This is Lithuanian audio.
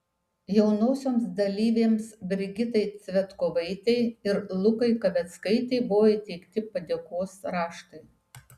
jaunosioms dalyvėms brigitai cvetkovaitei ir lukai kaveckaitei buvo įteikti padėkos raštai